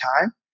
time